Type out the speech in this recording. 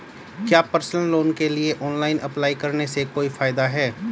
क्या personal loan के लिए ऑनलाइन अप्लाई करने से कोई फायदा है?